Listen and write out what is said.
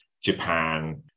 Japan